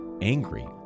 angry